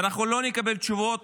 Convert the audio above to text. ואנחנו לא נקבל תשובות,